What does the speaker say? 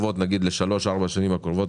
לשלוש-ארבע השנים הקרובות,